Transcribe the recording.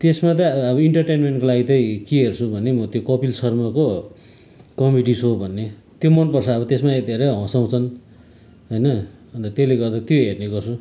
त्यसमा तै अब इन्टरटेनमेन्टको लागि चाहिँ के हेर्छु भने म त्यो कपिल शर्माको कमेडी सो भन्ने त्यो मनपर्छ त्यसमा धेरै हँसाउँछन् होइन अन्त त्यसले गर्दा त्यो हेर्ने गर्छु